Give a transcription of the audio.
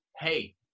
hey